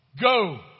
Go